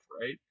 right